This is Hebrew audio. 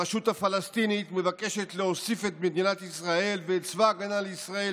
הרשות הפלסטינית מבקשת להושיב את מדינת ישראל ואת צבא ההגנה לישראל